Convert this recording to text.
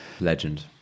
Legend